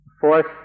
Fourth